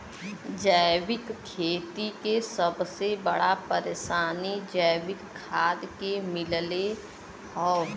जैविक खेती के सबसे बड़ा परेशानी जैविक खाद के मिलले हौ